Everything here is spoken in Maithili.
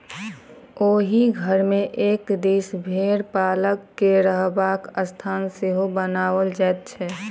ओहि घर मे एक दिस भेंड़ पालक के रहबाक स्थान सेहो बनाओल जाइत छै